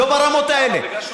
לא ברמות האלה.